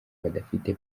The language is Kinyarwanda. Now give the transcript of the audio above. badafite